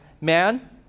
man